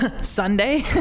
sunday